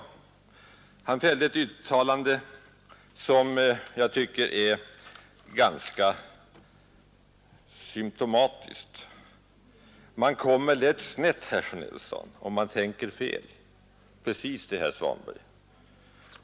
Herr Svanberg fällde ett yttrande som jag tycker är ganska symtomatiskt: ”Man kommer lätt snett, herr Sjönell, om man tänker fel.” Precis det, herr Svanberg!